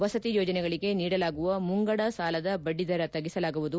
ವಸತಿ ಯೋಜನೆಗಳಿಗೆ ನೀಡಲಾಗುವ ಮುಂಗಡ ಸಾಲದ ಬಡ್ಡಿದರ ತಗ್ಗಿಸಲಾಗುವುದು